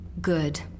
Good